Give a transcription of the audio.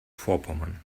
vorpommern